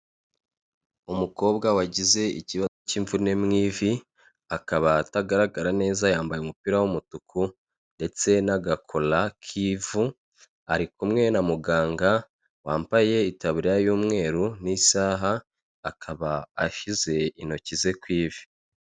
Umukobwa wagize ikibazo cy'imvune mu ivi, akaba atagaragara neza, yambaye umupira w'umutuku ndetse n'agakora k'ivu, ari kumwe na muganga wambaye itaburiya y'umweru n'isaha, akaba ashyize intoki ze ku ivi.